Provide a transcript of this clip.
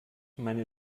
meine